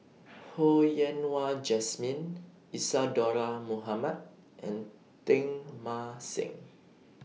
Ho Yen Wah Jesmine Isadhora Mohamed and Teng Mah Seng